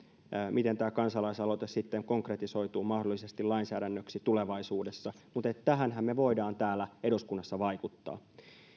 miten tämä kansalaisaloite sitten konkretisoituu mahdollisesti lainsäädännöksi tulevaisuudessa mutta tähänhän me voimme täällä eduskunnassa vaikuttaa